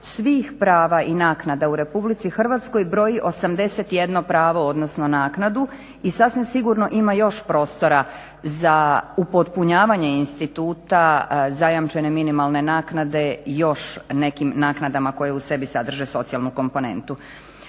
svih prava i naknada u RH broji 81 pravo odnosno naknadu i sasvim sigurno ima još prostora za upotpunjavanje instituta zajamčene minimalne naknade još nekim naknadama koje u sebi sadrže socijalnu komponentu.